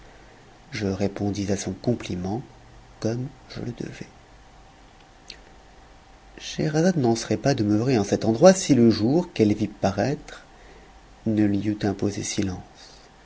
je répondis à son compliment comme je le devais scheherazade n'en serait pas demeurée en cet endroit si le jour qu'elle vit paraître ne lui eût imposé silence